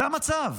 זה המצב.